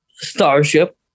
Starship